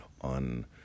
on